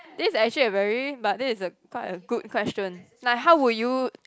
this is actually a very but this is a quite a good question like how would you